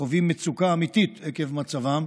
שחווים מצוקה אמיתית עקב מצבם,